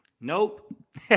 Nope